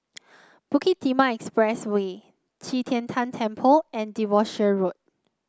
Bukit Timah Expressway Qi Tian Tan Temple and Devonshire Road